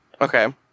Okay